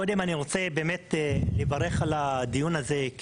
קודם אני רוצה לברך על הדיון הזה.